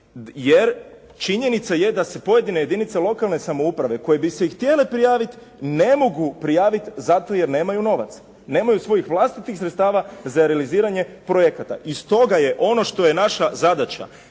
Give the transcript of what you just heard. Jer, činjenica je da se pojedine jedinice lokalne samouprave koje bi se i htjele prijaviti, ne mogu prijaviti zato jer nemaju novaca. Nemaju svojih vlastitih sredstava za realiziranje projekata. I stoga je ono što je naša zadaća,